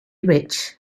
rich